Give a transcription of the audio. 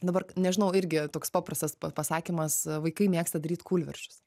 dabar nežinau irgi toks paprastas pa pasakymas vaikai mėgsta daryt kūlversčius